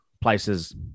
places